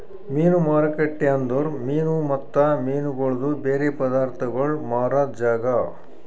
ಮೀನು ಮಾರುಕಟ್ಟೆ ಅಂದುರ್ ಮೀನು ಮತ್ತ ಮೀನಗೊಳ್ದು ಬೇರೆ ಪದಾರ್ಥಗೋಳ್ ಮಾರಾದ್ ಜಾಗ